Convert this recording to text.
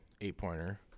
eight-pointer